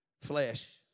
flesh